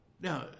Now